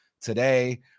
today